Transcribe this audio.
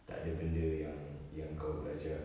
tak ada benda yang yang kau belajar